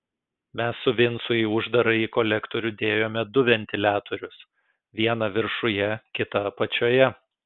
mes su vincu į uždarąjį kolektorių dėjome du ventiliatorius vieną viršuje kitą apačioje